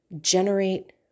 generate